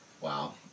wow